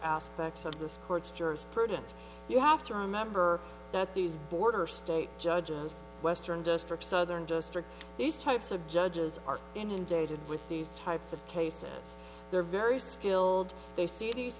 aspects of this court's jurisprudence you have to remember that these border state judges western district southern just these types of judges are inundated with these types of cases they're very skilled they see these